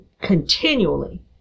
continually